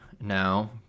now